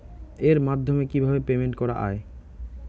এর মাধ্যমে কিভাবে পেমেন্ট করা য়ায়?